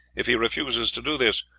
if he refuses to do this,